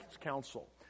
counsel